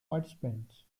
participants